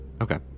Okay